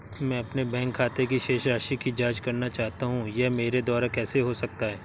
मैं अपने बैंक खाते की शेष राशि की जाँच करना चाहता हूँ यह मेरे द्वारा कैसे हो सकता है?